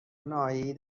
ناحیهای